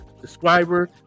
subscriber